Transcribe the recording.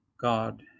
God